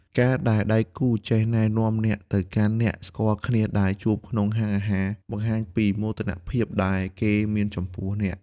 ការដែលដៃគូចេះណែនាំអ្នកទៅកាន់អ្នកស្គាល់គ្នាដែលជួបក្នុងហាងអាហារ បង្ហាញពីមោទនភាពដែលគេមានចំពោះអ្នក។